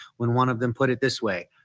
when one of them put it this way.